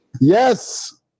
Yes